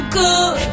good